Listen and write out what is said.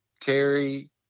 Terry